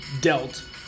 dealt